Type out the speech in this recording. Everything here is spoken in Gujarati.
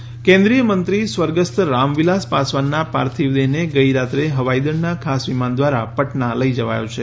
પાસવાન કેન્દ્રીય મંત્રી સ્વર્ગસ્થ રામવિલાસ પાસવાનના પાર્થિવ દેહને ગઇરાત્રે હવાઇદળના ખાસ વિમાન ધ્વારા પટના લઇ જવાયો છે